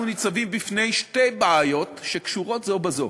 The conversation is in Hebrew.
אנחנו ניצבים בפני שתי בעיות שקשורות זו בזו: